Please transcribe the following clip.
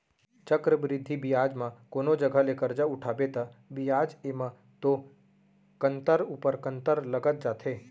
चक्रबृद्धि बियाज म कोनो जघा ले करजा उठाबे ता बियाज एमा तो कंतर ऊपर कंतर लगत जाथे